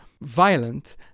violent